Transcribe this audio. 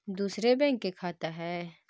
दुसरे बैंक के खाता हैं?